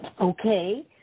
Okay